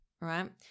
right